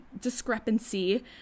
discrepancy